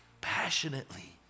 passionately